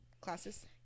classes